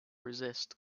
resist